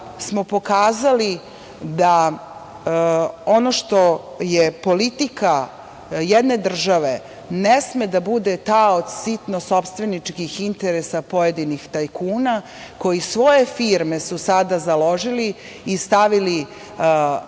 smo pokazali da ono što je politika jedne države ne sme da bude talac sitno sopstveničkih interesa pojedinih tajkuna, koji su sada svoje firme založili i stavili